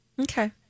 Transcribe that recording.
Okay